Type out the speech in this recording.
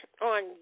on